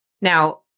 Now